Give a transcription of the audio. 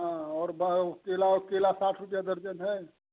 हाँ और ब केला केला साठ रुपया दर्जन है